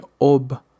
ob